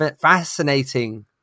fascinating